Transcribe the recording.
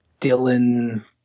Dylan